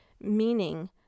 meaning